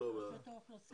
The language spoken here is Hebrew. רשות האוכלוסין.